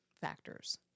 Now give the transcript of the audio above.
factors